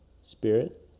spirit